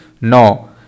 no